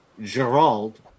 Gerald